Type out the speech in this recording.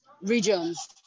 regions